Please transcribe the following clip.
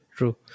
true